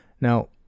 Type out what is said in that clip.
now